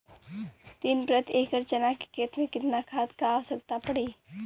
तीन प्रति एकड़ चना के खेत मे कितना खाद क आवश्यकता पड़ी?